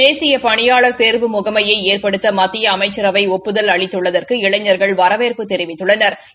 தேசிய பணியாள் தேர்வு முகமைய ஏற்படுத்த மத்திய அமைச்சரவை ஒப்புதல் அளித்துள்ளதற்கு இளைஞா்கள் வரவேற்பு தெரிவித்துள்ளனா்